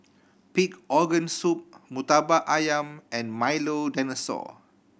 pig organ soup Murtabak Ayam and Milo Dinosaur